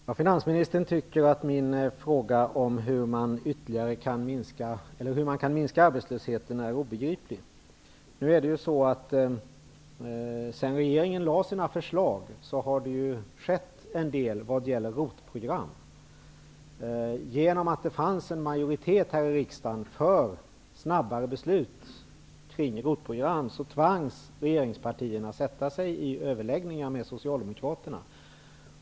Herr talman! Finansministern tycker att min fråga om hur man kan minska arbetslösheten är obegriplig. Sedan regeringen lade fram sina förslag har det skett en del när det gäller ROT-program. På grund av att det fanns en majoritet här i riksdagen för snabbare beslut kring ROT-program, tvangs regeringspartierna att sätta sig i överläggningar med Socialdemokraterna.